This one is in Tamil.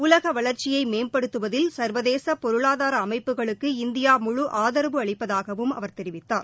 உலக வளர்ச்சியை மேம்படுத்துவதில் சள்வதேச பொருளாதார அமைப்புகளுக்கு இந்தியா முழு ஆதரவு அளிப்பதாகவும் அவர் தெரிவித்தார்